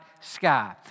sky